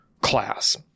class